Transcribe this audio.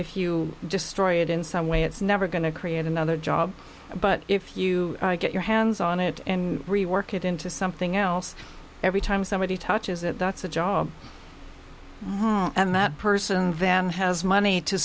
if you just story it in some way it's never going to create another job but if you get your hands on it and rework it into something else every time somebody touches it that's a job and that person then has money to